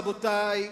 רבותי,